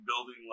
building